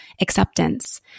acceptance